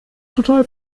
total